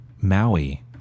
Maui